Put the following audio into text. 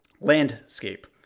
landscape